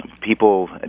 people